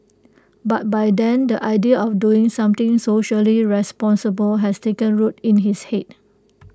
but by then the idea of doing something socially responsible had taken root in his Head